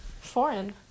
Foreign